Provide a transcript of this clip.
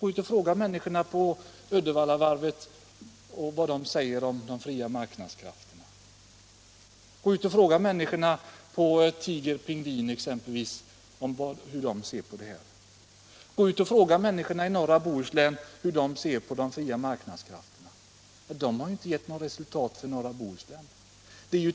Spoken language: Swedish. Gå ut och fråga människorna på Uddevallavarvet vad de säger om de fria marknadskrafterna! Gå ut och fråga människorna på exempelvis Tiger-Pingvin AB hur de ser på detta! Gå ut och fråga människorna i norra Bohuslän hur de ser på de fria marknadskrafterna! De fria marknadskrafterna har inte gett något resultat för norra Bohuslän.